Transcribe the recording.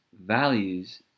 values